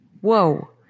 whoa